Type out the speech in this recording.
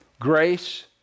grace